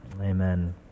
Amen